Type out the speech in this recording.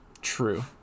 True